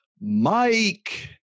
Mike